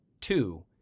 Two